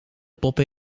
poppen